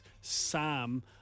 Sam